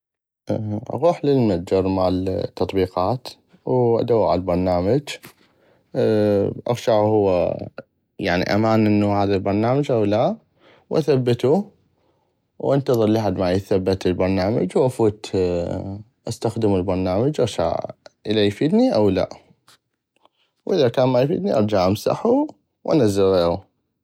اغوح للمتجر مال التطبيقات وادوغ على البرنامج اغشعو هو امان هذا البرنامج او لا واثبتو وانتظر لحد ما يثبت البرنامج وافوت استخدمو البرنامج واغشع اذا افيدني او لا واذا كان ما افيدني ارجع امسحو وانزل غيغو.